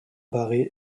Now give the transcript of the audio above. barré